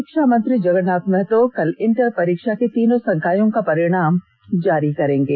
षिक्षामंत्री जगरनाथ महतो कल इंटर परीक्षा के तीनों संकायों का परिणाम जारी करेंगे